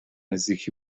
نزدیکی